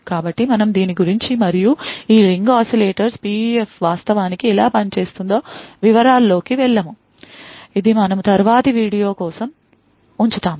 కాబట్టి మనము దీని గురించి మరియు ఈ రింగ్ ఆసిలేటర్స్ PUF వాస్తవానికి ఎలా పనిచేస్తుందో వివరాల్లోకి వెళ్ళము ఇది మనము తరువాతి వీడియో కోసం ఉంచుతాము